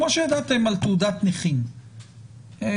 כמו שידעתם על תעודת נכים להנפיק.